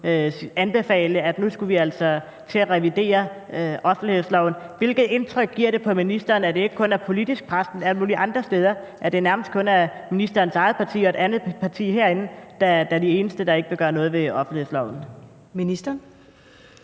anbefale, at nu skulle vi altså til at revidere offentlighedsloven. Hvilket indtryk gør det på ministeren, at der ikke kun er tale om et politisk pres, men også et pres fra alle mulige andre steder, altså at det nærmest kun er ministerens eget parti og et andet parti herinde, der som de eneste ikke vil gøre noget ved offentlighedsloven? Kl.